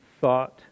thought